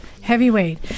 heavyweight